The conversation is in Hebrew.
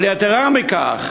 אבל יתרה מכך,